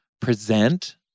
present